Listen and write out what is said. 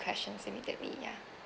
questions immediately ya